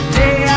day